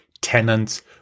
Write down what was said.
tenants